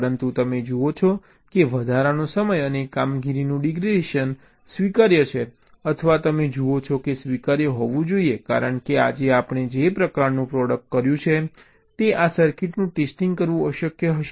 પરંતુ તમે જુઓ છો કે આ વધારાનો સમય અને કામગીરીનું ડિગ્રેડેશન સ્વીકાર્ય છે અથવા તમે જુઓ છો કે સ્વીકાર્ય હોવું જોઈએ કારણ કે આજે આપણે જે પ્રકારનું પ્રોડક્ટ કર્યું છે તેવી આ સર્કિટોનું ટેસ્ટિંગ કરવું અશક્ય હશે